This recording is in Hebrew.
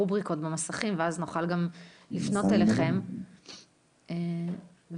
סל הבריאות נקבע בחוק ומנוצל על ידי קופות החולים במלואו.